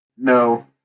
No